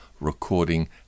recording